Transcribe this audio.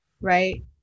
right